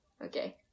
Okay